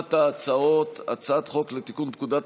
ראשונת ההצעות: הצעת חוק לתיקון פקודת